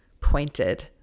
pointed